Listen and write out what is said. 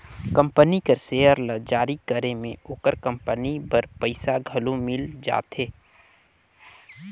company कर share ल जारी करे में ओकर कंपनी बर पइसा घलो मिल जाथे